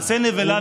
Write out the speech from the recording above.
מעשה נבלה,